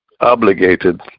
obligated